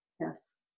yes